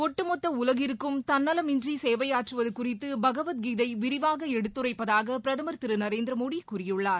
ஒட்டுமொத்த உலகத்திற்கும் தன்னவமின்றி சேவையாற்றுவது குறித்து பகவத் கீதை விரிவாக எடுத்துரைப்பதாக பிரதமர் திரு நரேந்திரமோடி கூறியுள்ளார்